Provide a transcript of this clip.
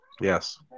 Yes